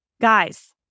Guys